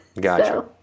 Gotcha